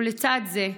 ולצד זה,